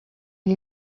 ele